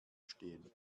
stehen